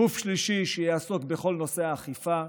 גוף שלישי שיעסוק בכל נושא האכיפה,